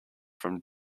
from